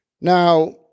Now